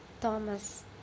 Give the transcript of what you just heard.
Thomas